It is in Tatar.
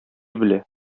белә